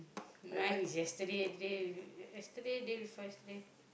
mine is yesterday day~ yesterday day before yesterday